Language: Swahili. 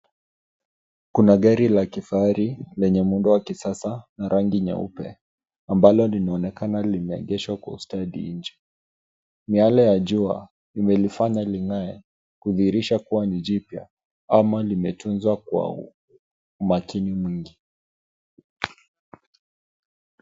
Kuna gari la kifahari lenye muundo wa kisasa na rangi nyeupe ambalo linaonekana limeegeshwa kwa ustadi nje. Miale ya jua imelifanya ling'ae kudhihirisha kuwa ni jipya ama limetunzwa kwa umakini mwingi.